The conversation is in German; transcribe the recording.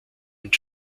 mit